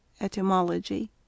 Etymology